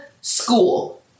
School